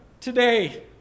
today